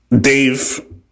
Dave